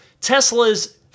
Tesla's